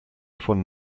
von